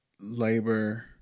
labor